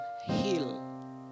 heal